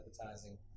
advertising